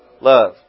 Love